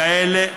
כאלה,